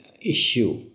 issue